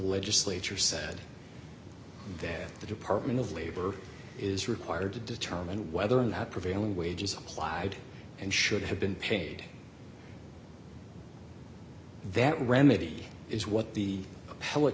legislature said that the department of labor is required to determine whether or not prevailing wages applied and should have been paid that remedy is what the